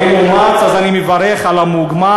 אם אומץ אז אני מברך על המוגמר,